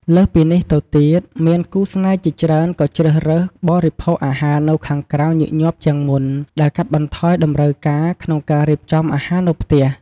លើសពីនេះទៅទៀតមានគូស្នេហ៍ជាច្រើនក៏ជ្រើសរើស បរិភោគអាហារនៅខាងក្រៅញឹកញាប់ជាងមុន ដែលកាត់បន្ថយតម្រូវការក្នុងការរៀបចំអាហារនៅផ្ទះ។